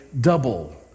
double